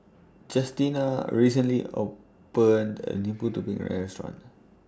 Justina recently opened A New Putu Piring Restaurant